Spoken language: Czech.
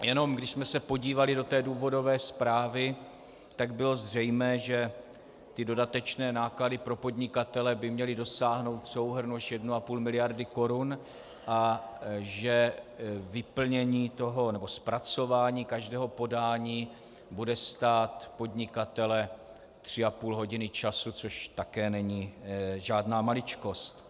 Jenom když jsme se podívali do důvodové zprávy, tak bylo zřejmé, že dodatečné náklady pro podnikatele by měly dosáhnout v souhrnu až 1,5 mld. korun a že vyplnění nebo zpracování každého zpracování bude stát podnikatele 3,5 hodiny času, což také není žádná maličkost.